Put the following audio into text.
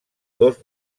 dos